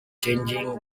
changing